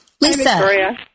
Lisa